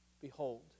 Behold